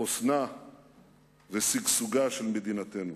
חוסנה ושגשוגה של מדינתנו.